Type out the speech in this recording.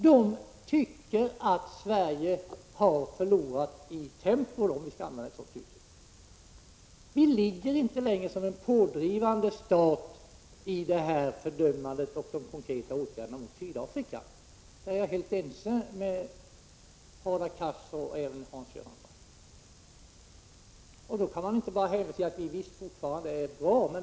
De tycker att Sverige har förlorat i tempo. Vi är inte längre någon pådrivande stat när det gäller fördömandet av och de konkreta åtgärderna mot Sydafrika. I fråga om detta är jag helt ense med Hadar Cars och Hans Göran Franck. Då kan man inte bara säga att vi fortfarande är bra.